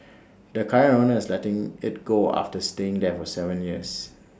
the current owner is letting IT go after staying there for Seven years